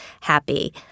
happy